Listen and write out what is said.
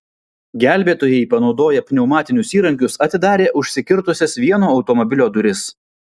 gelbėtojai panaudoję pneumatinius įrankius atidarė užsikirtusias vieno automobilio duris